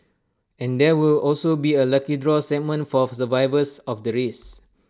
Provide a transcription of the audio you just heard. and there will also be A lucky draw segment for survivors of the race